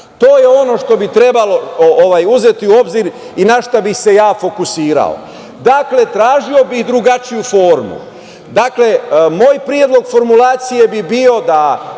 To je ono što bi trebalo uzeti u obzir i na šta bi se ja fokusirao. Dakle, tražio bih drugačiju formu. Dakle, moj predlog formulacije bi bio da